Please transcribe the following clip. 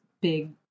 big